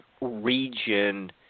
region